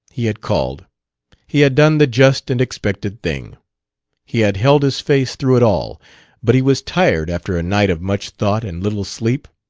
he had called he had done the just and expected thing he had held his face through it all but he was tired after a night of much thought and little sleep.